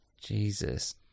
Jesus